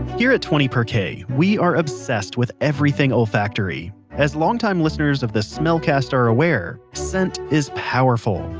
here at twenty per k, we are obsessed with everything olfactory. as longtime listeners of this smell-cast are aware, scent is powerful.